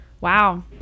wow